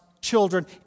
Children